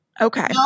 Okay